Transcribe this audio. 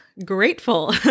Grateful